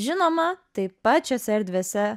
žinoma taip pat šiose erdvėse